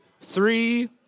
three